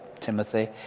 Timothy